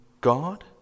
God